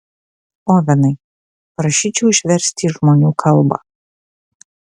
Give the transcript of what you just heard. ovenai prašyčiau išversti į žmonių kalbą